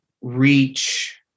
reach